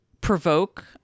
provoke